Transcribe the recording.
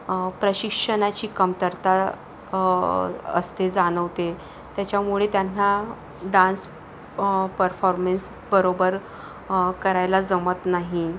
प्रशिक्षणाची कमतरता असते जाणवते त्याच्यामुळे त्यांना डान्स परफॉमेन्स बरोबर करायला जमत नाही